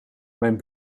mijn